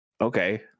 okay